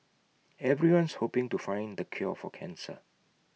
everyone's hoping to find the cure for cancer